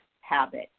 habit